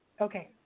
Okay